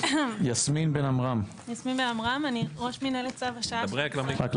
יסמין בן עמרם, אני ראש מינהלת "צו השעה" של